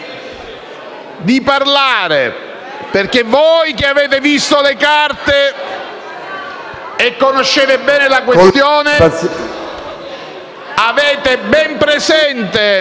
PD)*, perché voi, che avete visto le carte e conoscete bene la questione, avete ben presente